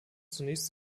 zunächst